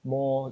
more